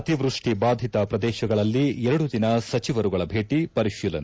ಅತಿವೃಷ್ಟಿ ಬಾಧಿತ ಪ್ರದೇಶಗಳಲ್ಲಿ ಎರಡು ದಿನ ಸಚಿವರುಗಳ ಭೇಟಿ ಪರಿಶೀಲನೆ